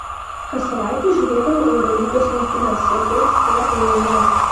kas savaitę žiūrėdavau eurolygos rungtynes sekiau sporto naujienas